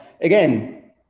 again